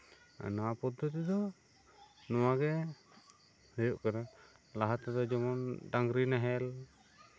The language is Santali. ᱱᱚᱣᱟ ᱯᱚᱫᱽᱫᱷᱚᱛᱤ ᱫᱚ ᱱᱚᱣᱟᱜᱮ ᱦᱳᱭᱳᱜ ᱠᱟᱱᱟ ᱞᱟᱦᱟ ᱛᱮᱫᱚ ᱡᱮᱢᱚᱱ ᱰᱟᱝᱨᱤ ᱱᱟᱦᱮᱞ